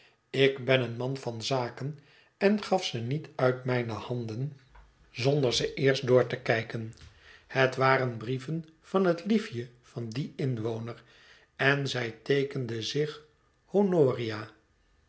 ik ben een man van zaken en gafze niet uit mijne handen zonder ze eerst door te kijken het waren brieven van het liefje van dien inwoner en zij teekende zich honoria